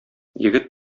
егет